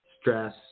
stress